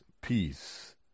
peace